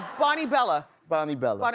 bonnie bella. bonnie bella.